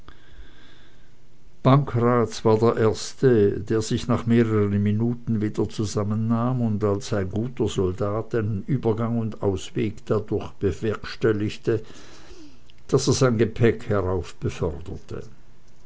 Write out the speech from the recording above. pankraz war der erste der sich nach mehreren minuten wieder zusammennahm und als ein guter soldat einen übergang und ausweg dadurch bewerkstelligte daß er sein gepäck